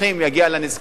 לנזקקים,